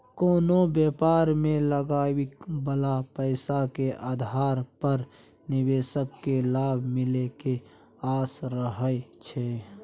कोनो व्यापार मे लगाबइ बला पैसा के आधार पर निवेशक केँ लाभ मिले के आस रहइ छै